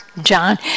John